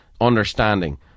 understanding